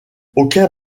aucun